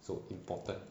so important